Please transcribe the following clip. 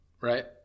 Right